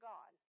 God